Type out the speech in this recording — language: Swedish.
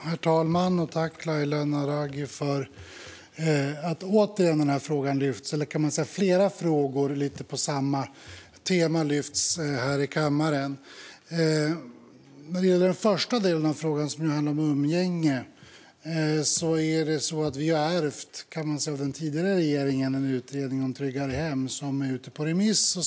Herr talman! Jag tackar Laila Naraghi för att hon lyfter upp denna fråga, eller flera frågor på samma tema, här i kammaren. När det gäller den första delen av frågan, som handlar om umgänge, har vi ärvt den tidigare regeringens utredning om tryggare hem, som är ute på remiss.